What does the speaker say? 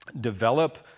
develop